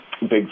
big